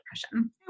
depression